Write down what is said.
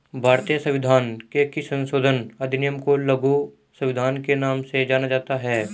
भारतीय संविधान के किस संशोधन अधिनियम को लघु संविधान के नाम से जाना जाता है?